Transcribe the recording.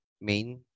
main